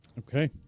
Okay